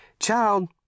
Child